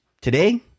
Today